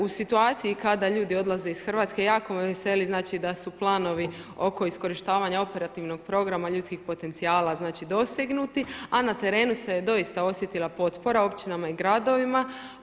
U situaciji kada ljudi odlaze iz Hrvatske jako me veseli, znači da su planovi oko iskorištavanja operativnog programa ljudskih potencijala znači dosegnuti, a na terenu se doista osjetila potpora općinama i gradovima.